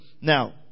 Now